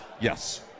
yes